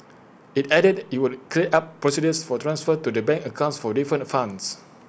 IT added IT would clear up procedures for transfers to the bank accounts for different funds